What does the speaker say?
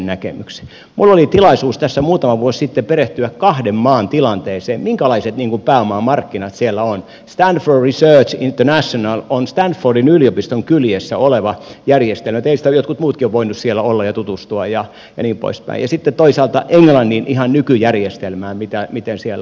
minulla oli tilaisuus tässä muutama vuosi sitten perehtyä kahden maan tilanteeseen minkälaiset pääomamarkkinat siellä on stanford research international on stanfordin yliopiston kyljessä oleva järjestelmä teistä jotkut muutkin ovat voineet siellä olla ja tutustua ja niin pois päin ja sitten toisaalta englannin ihan nykyjärjestelmään miten siellä